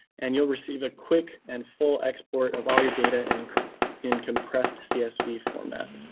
and you'll receive a quick and full export of all your data and in compressed csv format.